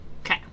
Okay